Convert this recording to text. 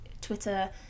Twitter